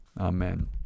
Amen